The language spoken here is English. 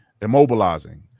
immobilizing